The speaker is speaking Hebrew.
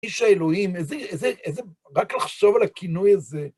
איש האלוהים, איזה, איזה, רק לחשוב על הכינוי הזה.